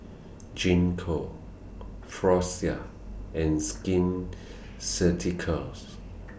Gingko Floxia and Skin Ceuticals